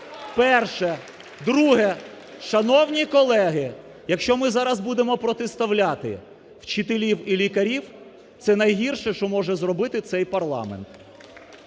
Перше. Друге. Шановні колеги, якщо ми зараз будемо протиставляти вчителів і лікарів – це найгірше, що може зробити цей парламент.